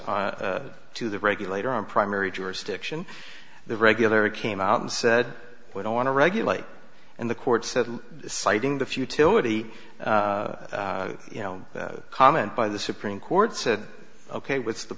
to the regulator on primary jurisdiction the regular came out and said we don't want to regulate and the court said citing the futility you know comment by the supreme court said ok what's the